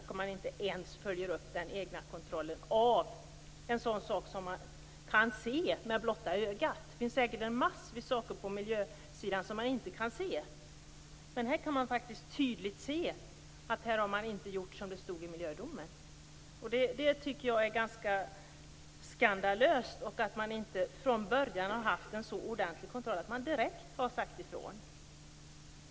Det görs inte ens en kontroll av något som kan ses med blotta ögat. Det finns säkert massor av saker på miljösidan som inte går att se, men det går i detta fall att se att man inte har gjort som det stod i miljödomen. Det tycker jag är ganska skandalöst. Det har från början saknats en så ordentlig kontroll att man direkt har kunnat säga ifrån.